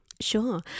Sure